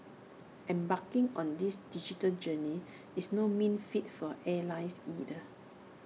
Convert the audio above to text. embarking on this digital journey is no mean feat for airlines either